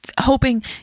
hoping